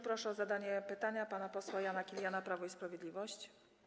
Proszę o zadanie pytania pana posła Jana Kiliana, Prawo i Sprawiedliwość.